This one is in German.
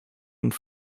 und